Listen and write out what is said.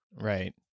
Right